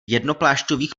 jednoplášťových